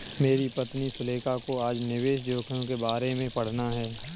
मेरी पत्नी सुलेखा को आज निवेश जोखिम के बारे में पढ़ना है